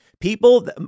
People